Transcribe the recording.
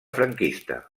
franquista